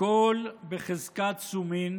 הכול בחזקת סומין